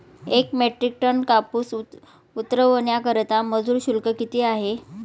एक metric ton कापूस उतरवण्याकरता मजूर शुल्क किती आहे?